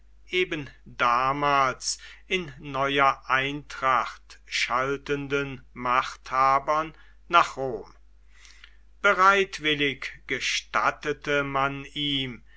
eben damals in neuer eintracht schaltenden machthabern nach rom bereitwillig gestattete man ihm